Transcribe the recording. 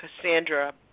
Cassandra